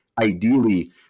ideally